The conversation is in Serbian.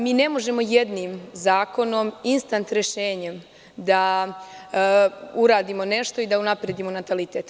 Mi ne možemo jednim zakonom, instant rešenjem da uradimo nešto i da unapredimo natalitet.